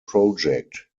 project